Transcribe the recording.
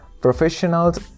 professionals